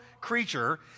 creature